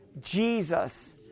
Jesus